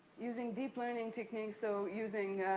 using deep learning techniques. so, using